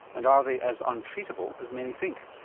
and are they as untreatable as many think?